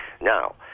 Now